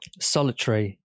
solitary